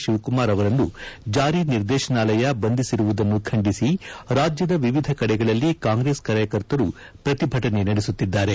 ಶಿವಕುಮಾರ್ ಅವರನ್ನು ಜಾರಿ ನಿರ್ದೇಶನಾಲಯ ಬಂಧಿಸಿರುವುದನ್ನ ಖಂಡಿಸಿ ರಾಜ್ಯದ ವಿವಿಧ ಕಡೆಗಳಲ್ಲಿ ಕಾಂಗ್ರೆಸ್ ಕಾರ್ಯಕರ್ತರು ಪ್ರತಿಭಟನೆ ನಡೆಸುತ್ತಿದ್ದಾರೆ